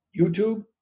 YouTube